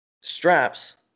Straps